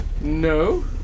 No